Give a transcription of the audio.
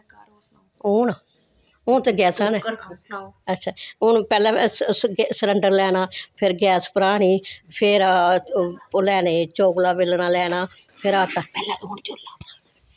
हून हून ते गैसां न हून पैह्लैं सलंडर लैना फिर गैस भरानी फिर ओह् लैने चकला बेलना लैना फिर आटा